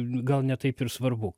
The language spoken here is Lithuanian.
gal ne taip ir svarbu